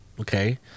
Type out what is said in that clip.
okay